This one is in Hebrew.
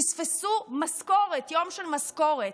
פספסו משכורת, יום של משכורת.